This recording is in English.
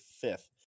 fifth